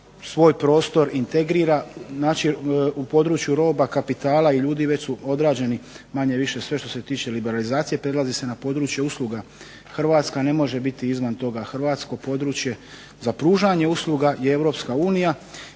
svoj prostor integrira, znači u području roba, kapitala i ljudi već su odrađeni manje-više sve što se tiče liberalizacije, prelazi se na područje usluga. Hrvatska ne može biti izvan toga. Hrvatsko područje za pružanje usluga je Europska unija,